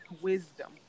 wisdom